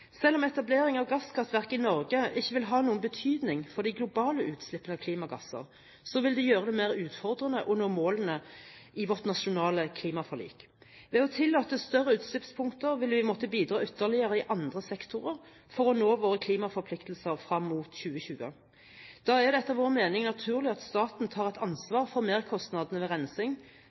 Selv om etablering av gasskraftverk i Norge ikke vil ha noen betydning for de globale utslipp av klimagasser, vil det gjøre det mer utfordrende å nå målene i vårt nasjonale klimaforlik. Ved å tillate større utslippspunkter vil vi måtte bidra ytterligere i andre sektorer for å nå våre klimaforpliktelser frem mot 2020. Da er det etter vår mening naturlig at staten tar et ansvar for merkostnadene ved rensing